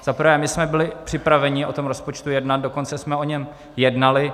Za prvé, my jsme byli připraveni o tom rozpočtu jednat, dokonce jsme o něm jednali.